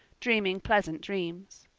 dreaming pleasant dreams.